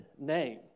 name